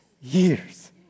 years